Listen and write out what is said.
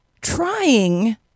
Trying